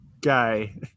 guy